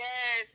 Yes